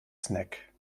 snack